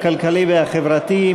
הכלכלי והחברתי,